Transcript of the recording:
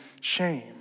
shame